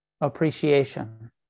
appreciation